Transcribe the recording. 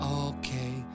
okay